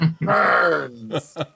burns